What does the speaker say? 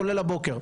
כולל הבוקר.